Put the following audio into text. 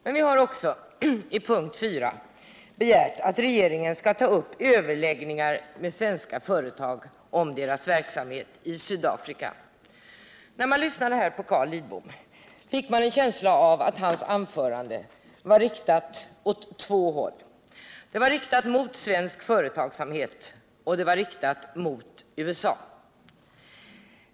Men vi har också under punkten 4 begärt att regeringen skall ta upp överläggningar med svenska företag om deras verksamhet i Sydafrika. När man lyssnade till Carl Lidbom fick man en känsla av att hans anförande var riktat åt två håll. Det var riktat mot svensk företagsamhet och mot USA.